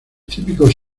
típicos